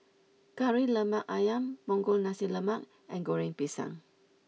Kari Lemak Ayam Punggol Nasi Lemak and Goreng Pisang